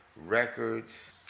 Records